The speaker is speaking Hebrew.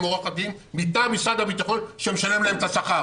עורכת דין מטעם משרד הביטחון שמשלם להם את השכר?